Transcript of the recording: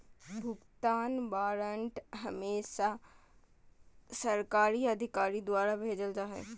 भुगतान वारन्ट हमेसा सरकारी अधिकारी द्वारा भेजल जा हय